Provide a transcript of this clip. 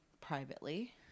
privately